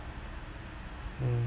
mm